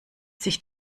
sich